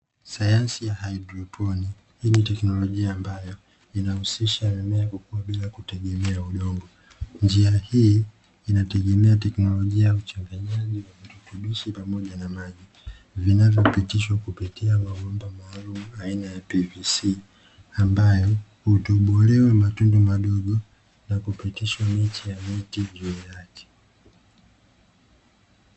Sayansi ya haidroponi hii ni teknolojia ambayo inahusisha mimea kukua bila kutegemea udongo, njia hii inategemea teknolojia ya uchanganyaji wa virutubisho pamoja na maji vinavyopitishwa kupitia mabomba maalumu aina ya "pvc", ambayo hutobolewa matundu madogo na kupitishwa miche ya miti juu yake.